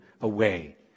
away